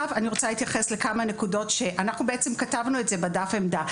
אנחנו בעצם כתבנו בדף עמדה.